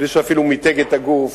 בלי שאפילו מיתג את הגוף,